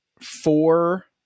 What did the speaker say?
four